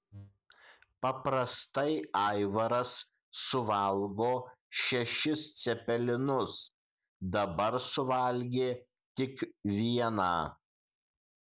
paprastai aivaras suvalgo šešis cepelinus dabar suvalgė tik vieną